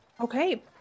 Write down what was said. Okay